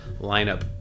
lineup